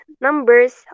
numbers